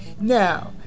Now